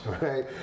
right